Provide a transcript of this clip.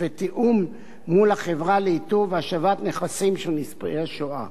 ותיאום עם החברה לאיתור והשבת נכסים של נספי השואה.